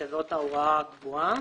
שזאת ההוראה הקבועה.